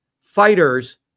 fighters